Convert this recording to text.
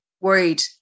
worried